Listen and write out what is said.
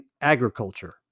agriculture